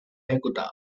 ejecutado